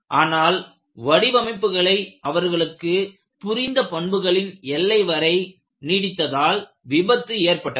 ஆனால் வடிவமைப்புகளை அவர்களுக்கு புரிந்த பண்புகளின் எல்லைவரை நீடித்ததால் விபத்து ஏற்பட்டது